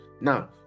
now